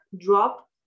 drop